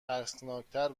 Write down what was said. ترسناکتر